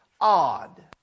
odd